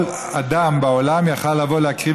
כל אדם בעולם יכול היה לבוא להקריב